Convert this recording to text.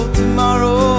tomorrow